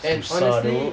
susah dok